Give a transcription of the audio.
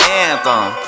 anthem